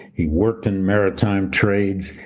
he worked in maritime trades.